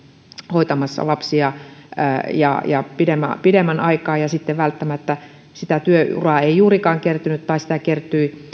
hoitamassa lapsia pidemmän pidemmän aikaa ja sitten välttämättä työuraa ei juurikaan kertynyt tai sitä kertyi